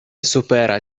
supera